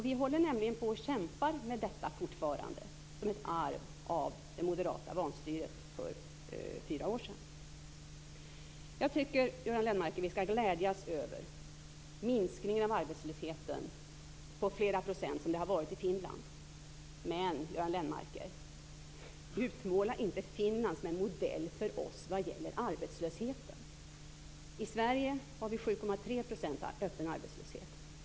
Vi håller nämligen på att kämpa med detta fortfarande som ett arv från det moderata vanstyret för fyra år sedan. Jag tycker att vi skall glädjas över den minskning av arbetlösheten på flera procent som har varit i Finland. Men, Göran Lennmarker, utmåla inte Finland som en modell för oss vad gäller arbetslösheten! I Sverige har vi 7,3 % öppen arbetslöshet.